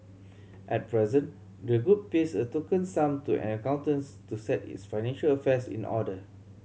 at present the group pays a token sum to an accountants to set its financial affairs in order